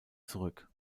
zurück